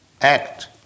act